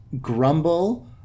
grumble